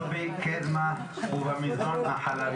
עם או בלי דפיברילטור, ואני אעיר כלא מהנדס.